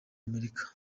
amerika